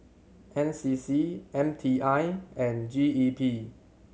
N C C M T I and G E P